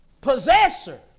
possessor